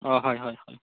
অ হয় হয় হয়